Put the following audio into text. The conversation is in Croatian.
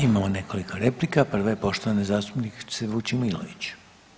Imamo nekoliko replika, prva je poštovane zastupnice Vučemilović.